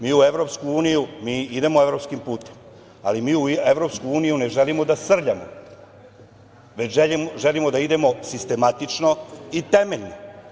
Mi idemo evropskim putem, ali mi u EU ne želimo da srljamo, već želimo da idemo sistematično i temeljno.